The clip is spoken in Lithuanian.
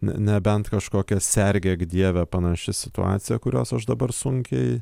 ne nebent kažkokia sergėk dieve panaši situacija kurios aš dabar sunkiai